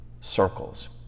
circles